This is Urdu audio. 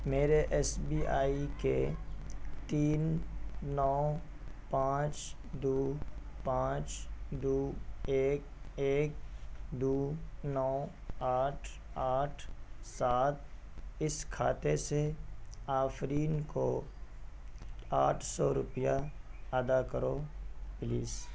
میرے ایس بی آئی کے تین نو پانچ دو پانچ دو ایک ایک دو نو آٹھ آٹھ سات اس خاتے سے آفرین کو آٹھ سو روپیہ ادا کرو پلیز